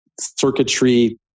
circuitry